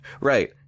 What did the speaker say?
right